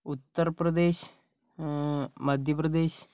Uttar Pradesh Madhya Pradesh